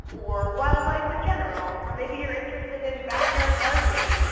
or wildlife in general. or maybe you're interested in backyard gardening.